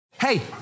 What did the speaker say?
Hey